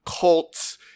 cults